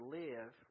live